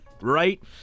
right